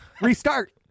Restart